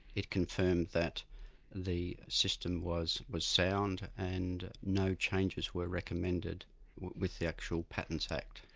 it confirmed that the system was was sound and no changes were recommended with the actual patents act.